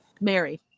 Mary